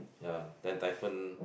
ya then typhoon